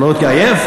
אתה רואה אותי עייף?